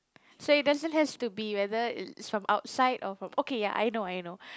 so it doesn't has to be whether it's from outside or from okay ya I know I know